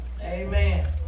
Amen